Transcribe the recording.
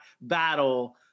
battle